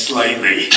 Slightly